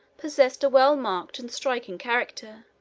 possessed a well-marked and striking character,